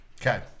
Okay